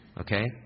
Okay